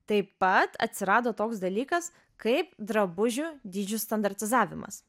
taip pat atsirado toks dalykas kaip drabužių dydžių standartizavimas